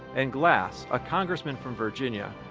and glass, a congressman from virginia,